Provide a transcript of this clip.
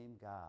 God